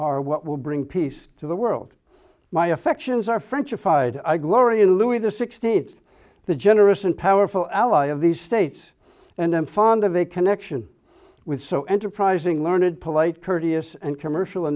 are what will bring peace to the world my affections are frenchified i glory in louis the sixteenth the generous and powerful ally of these states and i'm fond of a connection with so enterprising learned polite courteous and commercial